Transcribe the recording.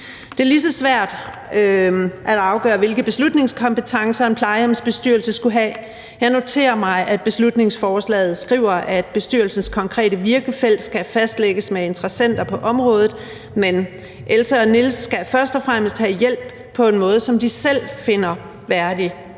Det er lige så svært at afgøre, hvilke beslutningskompetencer en plejehjemsbestyrelse skulle have, men jeg noterer mig, at man i beslutningsforslaget skriver, at bestyrelsens konkrete virkefelt skal fastlægges med interessenter på området. Men Else og Niels skal først og fremmest have hjælp på en måde, som de selv finder værdig,